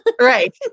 Right